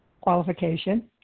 qualification